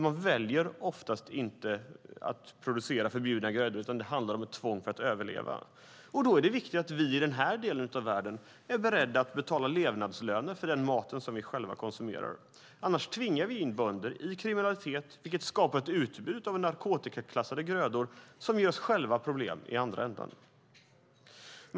Man väljer oftast inte att producera förbjudna grödor, utan det handlar om ett tvång för att överleva. Då är det viktigt att vi i denna del av världen är beredda att betala levnadslöner för den mat som vi själva konsumerar. Annars tvingar vi in bönder i kriminalitet, vilket skapar ett utbud av narkotikaklassade grödor som ger oss själva problem i andra ändan.